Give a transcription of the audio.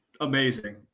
amazing